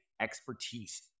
expertise